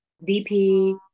VP